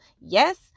Yes